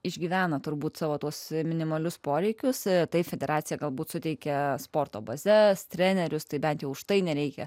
išgyvena turbūt savo tuos minimalius poreikius tai federacija galbūt suteikia sporto bazes trenerius tai bent jau už tai nereikia